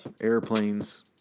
airplanes